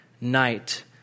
night